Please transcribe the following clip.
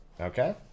Okay